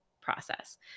process